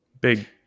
big